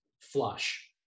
flush